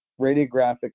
radiographic